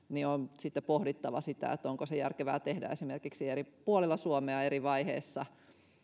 on sitten pohdittava onko se järkevää tehdä esimerkiksi eri puolilla suomea eri vaiheissa